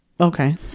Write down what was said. Okay